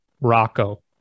Rocco